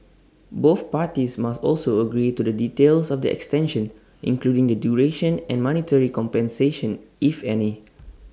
both parties must also agree to the details of the extension including the duration and monetary compensation if any